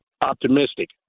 optimistic